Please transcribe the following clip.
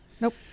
Nope